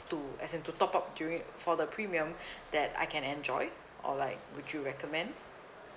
to as in to top up duri~ for the premium that I can enjoy or like would you recommend